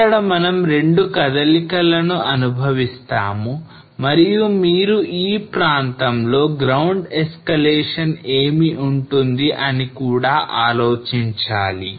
ఇక్కడ మనం 2 కదలికలను అనుభవిస్తాము మరియు మీరు ఈ ప్రాంతంలో ground escalation ఏమి ఉంటుంది అని కూడా ఆలోచించాలి